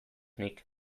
nik